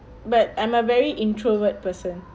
but I'm a very introvert person